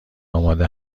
آماده